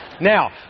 Now